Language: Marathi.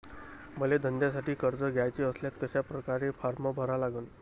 मले धंद्यासाठी कर्ज घ्याचे असल्यास कशा परकारे फारम भरा लागन?